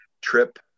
Trip